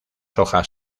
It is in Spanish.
hojas